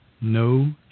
No